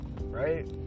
right